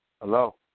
Hello